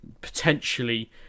potentially